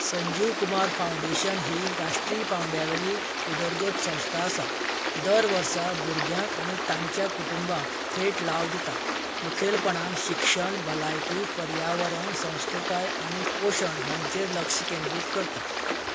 Sanjeev Kumar foundation ही राष्ट्रीय पांवड्यावेली उदरगत संस्था आसा दर वर्सा भुरग्यांक आनी तांच्या कुटुंबांक थेट लाव दिता मुखेलपणान शिक्षण भलायकी पर्यावरण संस्कृताय आनी पोशण हांचेर लक्ष केंद्रीत करता